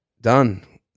done